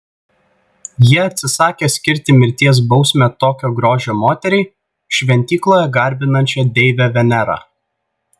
jie atsisakė skirti mirties bausmę tokio grožio moteriai šventykloje garbinančiai deivę venerą